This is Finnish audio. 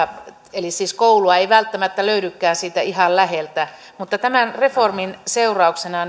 koulua ei siis välttämättä löydykään siitä ihan läheltä mutta tämän reformin seurauksena